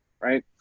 right